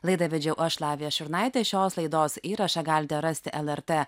laidą vedžiau aš lavija šurnaitė šios laidos įrašą galite rasti lrt